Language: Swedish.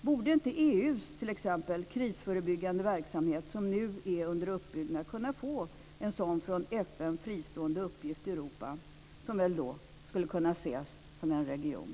Borde inte t.ex. EU:s krisförebyggande verksamhet, som nu är under uppbyggnad, kunna få en sådan från FN fristående uppgift i Europa - som kan ses som en region?